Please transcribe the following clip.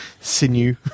sinew